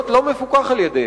להיות לא מפוקח על-ידיהם.